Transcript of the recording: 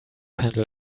handle